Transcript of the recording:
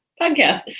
podcast